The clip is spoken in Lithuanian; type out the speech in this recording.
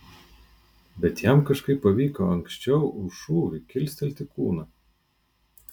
bet jam kažkaip pavyko anksčiau už šūvį kilstelti kūną